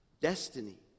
destiny